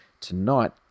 Tonight